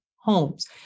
homes